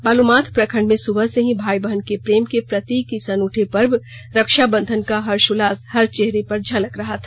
बालूमाथ प्रखंड में सुबह से ही भाई बहन के प्रेम के प्रतीक इस अनूठे पर्व रक्षाबंधन का हर्षोल्लास हर चेहरे पर झलक रहा था